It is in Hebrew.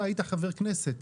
אתה היית חבר כנסת,